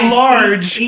large